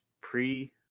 pre